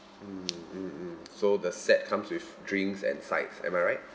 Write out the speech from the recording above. mm mm mm so the set comes with drinks and sides am I right